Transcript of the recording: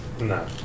No